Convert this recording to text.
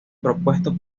propuesto